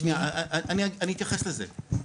שנייה אני אתייחס לזה,